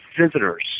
visitors